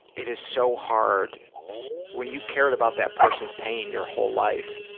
it is so hard when you've cared about that person's pain your whole life